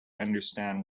understand